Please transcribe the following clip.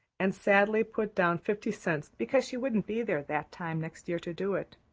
and sadly put down fifty cents because she wouldn't be there that time next year to do it.